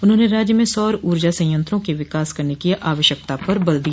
उन्होंने राज्य में सौर ऊर्जा संयंत्रों का विकास करने की आवश्यकता पर बल दिया